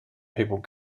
people